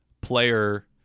player